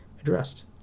addressed